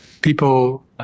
people